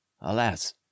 alas